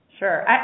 Sure